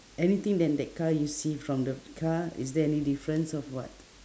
anything than that car you see from the car is there any difference of what